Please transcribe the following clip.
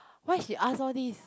why she ask all this